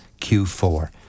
q4